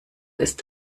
ist